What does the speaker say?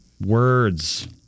words